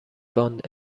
باند